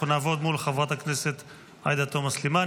אנחנו נעבוד מול חברת הכנסת עאידה תומא סלימאן.